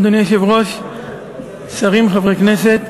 אדוני היושב-ראש, שרים, חברי הכנסת,